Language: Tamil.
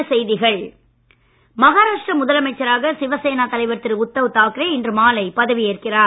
மகாராஷ்டிரா மகாராஷ்டிரா முதலமைச்சராக சிவசேனா தலைவர் திரு உத்தவ் தாக்கரே இன்று மாலை பதவி ஏற்கிறார்